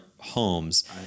homes